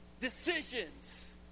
decisions